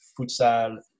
futsal